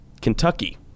Kentucky